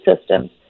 systems